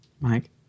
Mike